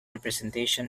representation